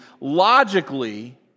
logically